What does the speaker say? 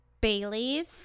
Bailey's